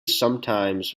sometimes